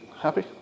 Happy